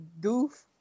goof